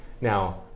Now